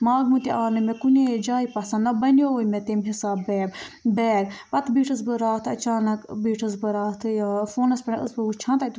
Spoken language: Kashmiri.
ماگمہٕ تہِ آو نہٕ مےٚ کُنے جایہِ پَسنٛد نہَ بَنووُے مےٚ تَمہِ حِساب بیگ بیگ پَتہٕ بیٖٹھٕس بہٕ راتھ اَچانٛک بیٖٹھس بہٕ راتھٕے آ فونَس پٮ۪ٹھ ٲسٕس بہٕ وُچھان تَتہِ